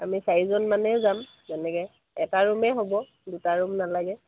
আমি চাৰিজন মানেই যাম যেনেকৈ এটা ৰুমেই হ'ব দুটা ৰুম নালাগে